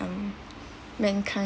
um mankind